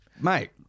Mate